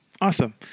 awesome